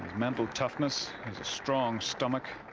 mental toughness as a strong stomach.